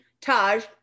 Taj